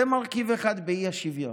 זה מרכיב אחד באי-שוויון.